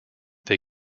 they